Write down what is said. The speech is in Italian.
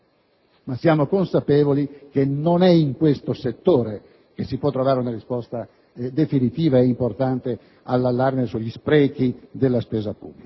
ma siamo consapevoli che non è in questo settore che si può trovare una risposta definitiva e importante all'allarme sugli sprechi della spesa pubblica.